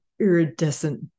iridescent